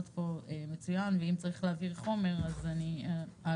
מבקשים שקו 53 ייכנס לתחנת נחמני-בגין כדי שבאמת